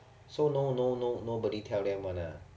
so no no no nobody tell them [one] ah